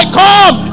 come